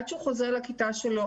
עד שהוא חוזר לכיתה שלו,